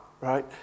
right